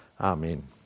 Amen